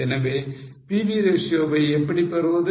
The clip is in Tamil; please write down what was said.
எனவே PV ratio வை எப்படி பெறுவது